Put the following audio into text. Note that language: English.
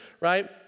right